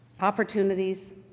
opportunities